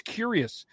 curious